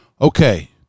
Okay